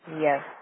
Yes